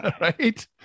right